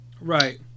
Right